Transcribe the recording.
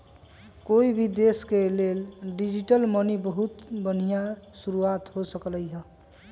कोई भी देश के लेल डिजिटल मनी बहुत बनिहा शुरुआत हो सकलई ह